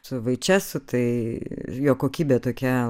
su vaičesu tai ir jo kokybė tokia